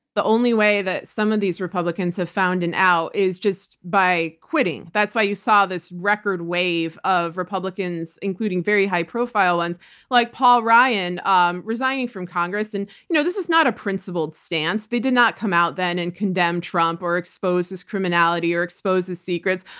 the only way that some of these republicans have found an out is just by quitting. that's why you saw this record wave of republicans, including very high profile ones like paul ryan, um resigning from congress. and you know this is now a principled stance. they did not come out then and condemn trump or expose his criminality or expose his secrets,